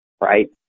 right